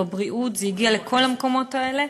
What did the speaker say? בבריאות, זה הגיע לכל המקומות האלה.